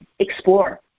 Explore